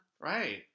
Right